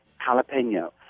jalapeno